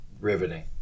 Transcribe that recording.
riveting